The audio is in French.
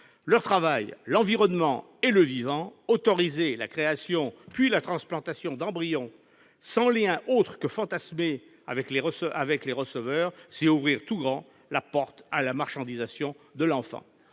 leur travail, l'environnement et le vivant, autoriser la création puis la transplantation d'embryons sans lien autre que fantasmé avec les receveurs, c'est ouvrir tout grand la porte à la marchandisation de l'enfant.